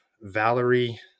Valerie